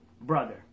brother